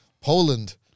Poland